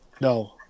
No